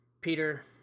peter